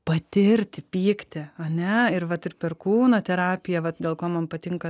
patirti pyktį ane ir vat ir per kūno terapiją vat dėl ko man patinka